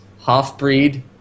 half-breed